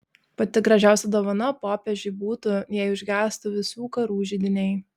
pati gražiausia dovana popiežiui būtų jei užgestų visų karų židiniai